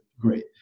great